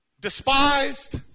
despised